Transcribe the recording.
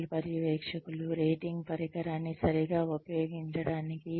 రైలు పర్యవేక్షకులు రేటింగ్ పరికరాన్ని సరిగ్గా ఉపయోగించడానికి